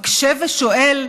מקשה ושואל: